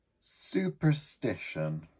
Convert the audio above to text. Superstition